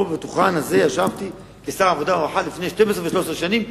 פה בדוכן הזה השבתי כשר העבודה הרווחה לפני 12 ו-13 שנים,